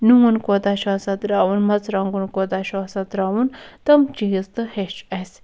نوٗن کوتاہ چھُ آسان ترٛاوُن مَرژٕوانٛگُن کوتاہ چھُ آسان ترٛاوُن تِم چیٖز تہِ ہیٚچھ اَسہِ